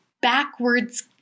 backwards